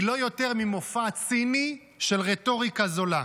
לא יותר ממופע ציני של רטוריקה זולה.